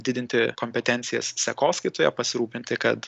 didinti kompetencijas sekoskaitoje pasirūpinti kad